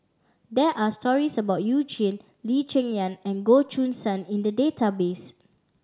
there are stories about You Jin Lee Cheng Yan and Goh Choo San in the database